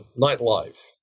nightlife